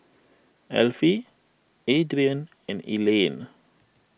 Alfie Adrian and Elayne